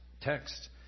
text